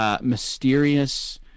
mysterious